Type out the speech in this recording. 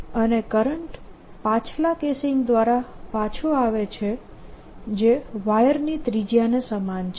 અને કરંટ પાછલા કેસીંગ દ્વારા પાછો આવે છે જે વાયરની ત્રિજ્યાને સમાન છે